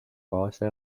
kaasa